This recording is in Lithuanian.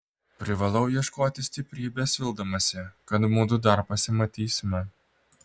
privalau ieškoti stiprybės vildamasi kad mudu dar pasimatysime